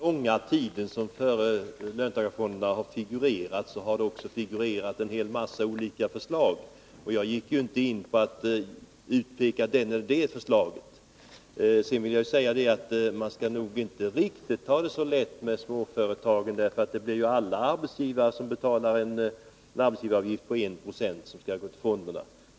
Herr talman! Under den långa tid som löntagarfonderna har figurerat i debatten har det också funnits en mängd olika förslag, och jag gick inte in på att peka ut det eller det förslaget. Sedan vill jag säga att man nog inte skall ta riktigt så lätt på det här med småföretagen. Alla arbetsgivare skall ju betala en arbetsgivaravgift på 1 9o till fonderna.